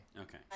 Okay